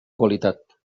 qualitat